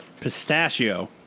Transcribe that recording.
pistachio